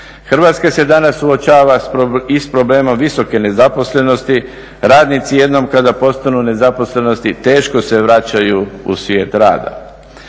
Hrvatska se danas suočava i s problemom visoke nezaposlenosti. Radnici jednom kada postanu nezaposleni teško se vraćaju u svijet rada.